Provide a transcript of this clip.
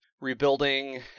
rebuilding